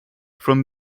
from